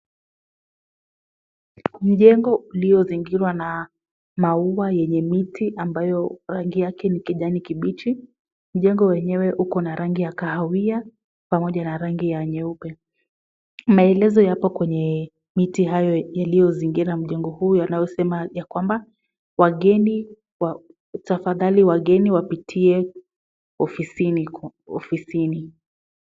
Mjengo uliozingirwa na maua yenye miti ambayo rangi ya kijani kibichi. Mjengo myenyewe uko na rangi ya kahawia pamoja na rangi ya nyeupe. Maelezo yapo kwenye miti hayo yaliyozingira mjengo huu yanayosema kwamba tafadhali wageni wapitie ofisini.